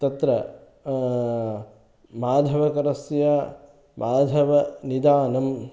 तत्र माधवकरस्य माधवनिदानं